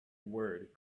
word